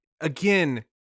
again